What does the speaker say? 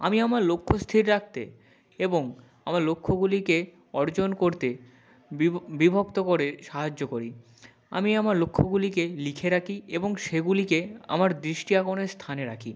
আমি আমার লক্ষ্য স্থির রাখতে এবং আমার লক্ষ্যগুলিকে অর্জন করতে বিভক্ত করে সাহায্য করি আমি আমার লক্ষ্যগুলিকে লিখে রাখি এবং সেগুলিকে আমার দৃষ্টি আকনের স্থানে রাখি